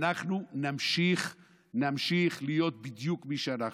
אנחנו נמשיך להיות בדיוק מי שאנחנו.